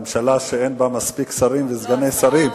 ממשלה שאין בה מספיק שרים וסגני שרים.